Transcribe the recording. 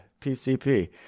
PCP